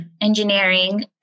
engineering